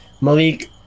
Malik